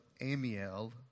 Amiel